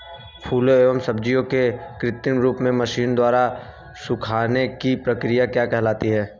फलों एवं सब्जियों के कृत्रिम रूप से मशीनों द्वारा सुखाने की क्रिया क्या कहलाती है?